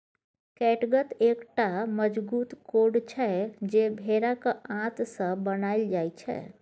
कैटगत एकटा मजगूत कोर्ड छै जे भेराक आंत सँ बनाएल जाइ छै